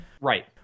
Right